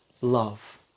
love